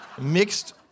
Mixed